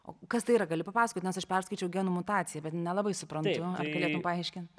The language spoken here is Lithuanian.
o kas tai yra gali papasakot nes aš perskaičiau genų mutacija bet nelabai suprantu ar galėtum paaiškint